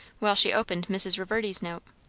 while she opened mrs. reverdy's note.